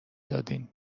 دادین